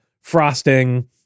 frosting